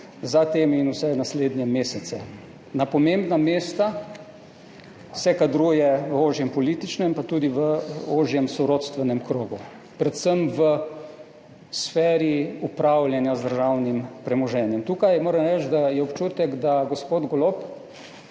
za tem in vse naslednje mesece. Na pomembna mesta se kadruje v ožjem političnem, pa tudi v ožjem sorodstvenem krogu, predvsem v sferi upravljanja z državnim premoženjem. Tukaj moram reči, da je občutek, da gospod Golob